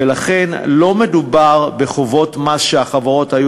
ולכן לא מדובר בחובות מס שהחברות היו